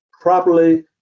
properly